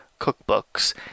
cookbooks